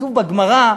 כתוב בגמרא,